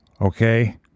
okay